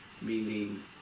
meaning